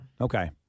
Okay